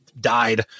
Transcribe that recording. died